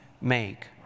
make